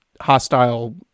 hostile